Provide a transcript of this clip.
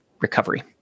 recovery